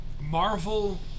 Marvel